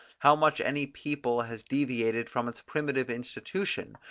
how much any people has deviated from its primitive institution,